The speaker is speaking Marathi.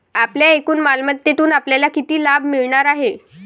आपल्या एकूण मालमत्तेतून आपल्याला किती लाभ मिळणार आहे?